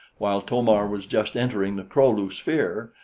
while to-mar was just entering the kro-lu sphere,